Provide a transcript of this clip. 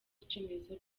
icyemezo